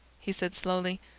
he said slowly.